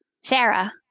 Sarah